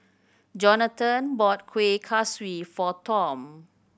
Johathan bought Kueh Kaswi for Tom